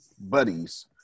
buddies